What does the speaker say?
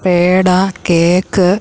peda cake